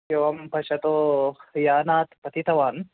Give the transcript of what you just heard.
एवं पश्यतु यानात् पतितवान्